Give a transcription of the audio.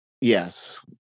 yes